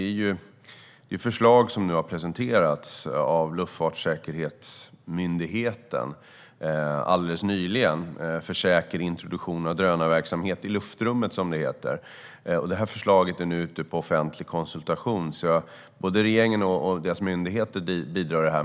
Europeiska byrån för luftfartssäkerhet presenterade alldeles nyligen ett förslag om säker introduktion av drönarverksamhet i luftrummet. Det är nu ute på offentlig konsultation. Regeringen och dess myndigheter bidrar i det arbetet.